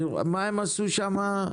מה הם עשו שמה?